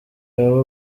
baba